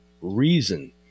reason